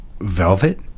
Velvet